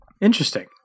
Interesting